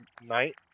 night